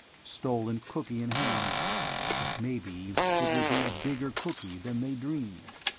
stolen cookie in hand but maybe it would be a bigger cookie than they dreamed!